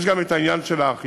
יש גם העניין של האכיפה,